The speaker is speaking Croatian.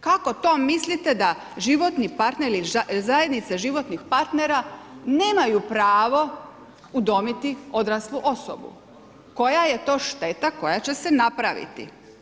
Kako to mislite da životni partner ili zajednica životnih partnera nemaju pravo udomiti odraslu osobu koja je to šteta koja će se napraviti?